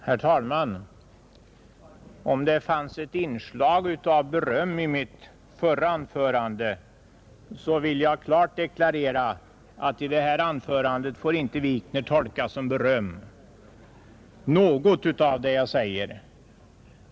Herr talman! Om det fanns ett inslag av beröm i mitt förra anförande, vill jag klart deklarera att i detta anförande får herr Wikner inte tolka som beröm något av det jag säger.